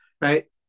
Right